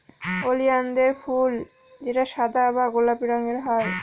ওলিয়ানদের ফুল যেটা সাদা বা গোলাপি রঙের হয়